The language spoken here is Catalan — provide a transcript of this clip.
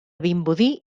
vimbodí